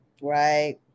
Right